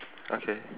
okay